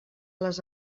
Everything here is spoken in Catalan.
les